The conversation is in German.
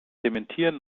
dementieren